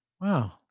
Wow